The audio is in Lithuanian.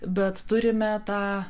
bet turime tą